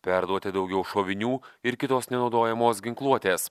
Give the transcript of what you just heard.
perduoti daugiau šovinių ir kitos nenaudojamos ginkluotės